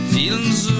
Feelings